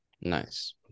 Nice